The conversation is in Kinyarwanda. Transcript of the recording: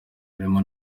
harimo